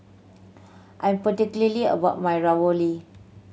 I'm particularly about my Ravioli